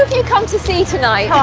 you come to see tonight?